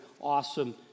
awesome